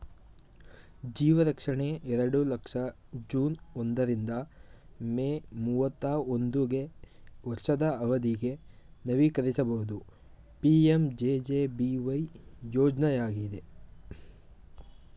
ಜೀವರಕ್ಷಣೆ ಎರಡು ಲಕ್ಷ ಜೂನ್ ಒಂದ ರಿಂದ ಮೇ ಮೂವತ್ತಾ ಒಂದುಗೆ ವರ್ಷದ ಅವಧಿಗೆ ನವೀಕರಿಸಬಹುದು ಪಿ.ಎಂ.ಜೆ.ಜೆ.ಬಿ.ವೈ ಯೋಜ್ನಯಾಗಿದೆ